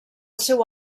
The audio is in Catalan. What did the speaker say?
seu